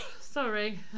Sorry